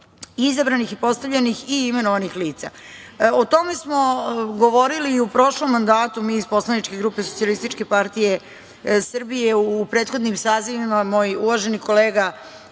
izabranih i postavljenih i imenovanih lica.O tome smo govorili i u prošlom mandatu mi iz poslaničke grupe SPS, u prethodnim sazivima moj uvaženi kolega